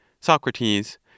Socrates